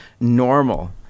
normal